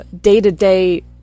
day-to-day